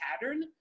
pattern